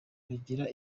babigira